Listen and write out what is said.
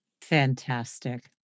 Fantastic